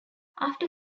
after